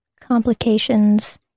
complications